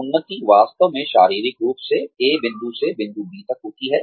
उन्नति वास्तव में शारीरिक रूप से A बिंदु से बिंदु B तक होती है